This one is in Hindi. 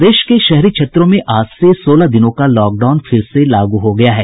प्रदेश के शहरी क्षेत्रों में आज से सोलह दिनों का लॉकडाउन फिर से लागू हो गया है